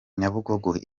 nyabugogo